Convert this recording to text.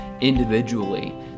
individually